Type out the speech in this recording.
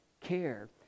care